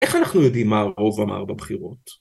איך אנחנו יודעים מה רוב אמר בבחירות?